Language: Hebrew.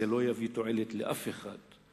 זה לא יביא תועלת לאף אחד,